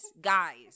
guys